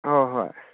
ꯍꯣꯏ ꯍꯣꯏ